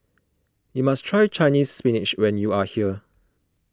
you must try Chinese Spinach when you are here